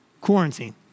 quarantine